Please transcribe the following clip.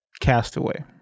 Castaway